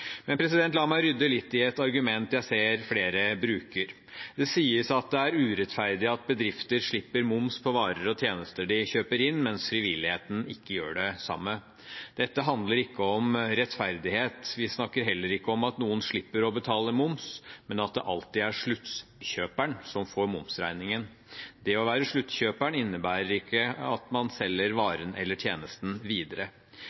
Men la meg rydde litt i et argument jeg ser flere bruker. Det sies det er urettferdig at bedrifter slipper moms på varer og tjenester de kjøper inn, mens frivilligheten ikke gjør det samme. Dette handler ikke om rettferdighet. Vi snakker heller ikke om at noen slipper å betale moms, men at det alltid er sluttkjøperen som får momsregningen. Det å være sluttkjøperen innebærer at man ikke selger varen eller tjenesten videre.